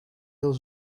heel